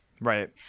right